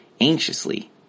Anxiously